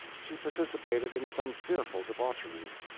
she participated in some fearful debaucheries.